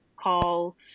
call